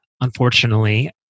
unfortunately